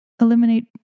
eliminate